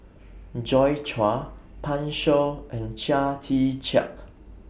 Joi Chua Pan Shou and Chia Tee Chiak